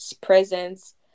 presence